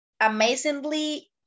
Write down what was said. amazingly